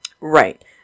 Right